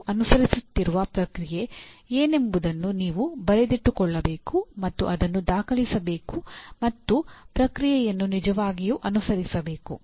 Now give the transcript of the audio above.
ನಾವು ಅನುಸರಿಸುತ್ತಿರುವ ಪ್ರಕ್ರಿಯೆ ಏನೆಂಬುದನ್ನು ನೀವು ಬರೆದಿಟ್ಟುಕೊಳ್ಳಬೇಕು ಮತ್ತು ಅದನ್ನು ದಾಖಲಿಸಬೇಕು ಮತ್ತು ಪ್ರಕ್ರಿಯೆಯನ್ನು ನಿಜವಾಗಿಯೂ ಅನುಸರಿಸಬೇಕು